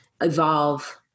evolve